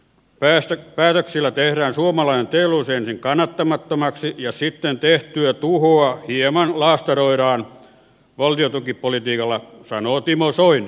päätöksillä tehdään suomalainen teollisuus ensin kannattamattomaksi ja sitten tehtyä tuhoa hieman laastaroidaan valtiontukipolitiikalla sanoo timo soini